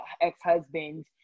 ex-husband